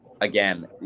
again